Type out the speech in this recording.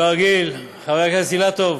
כרגיל, חבר הכנסת אילטוב,